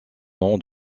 nom